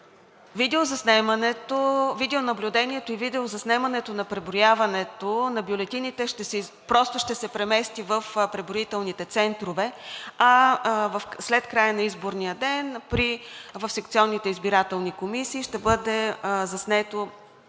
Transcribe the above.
НАДЕЖДА ЙОРДАНОВА: Видеонаблюдението и видеозаснемането на преброяването на бюлетините просто ще се премести в преброителните центрове след края на изборния ден. В секционните избирателни комисии съответно ще бъде заснето